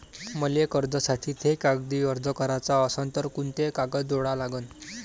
मले कर्जासाठी थे कागदी अर्ज कराचा असन तर कुंते कागद जोडा लागन?